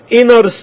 inner